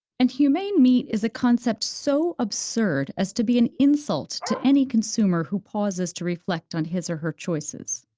and humane meat is a concept so absurd as to be an insult to any consumer who pauses to reflect on his or her choices.